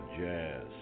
jazz